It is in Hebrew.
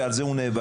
ועל זה הוא נאבק.